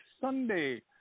Sunday